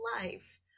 life